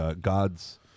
God's